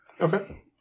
Okay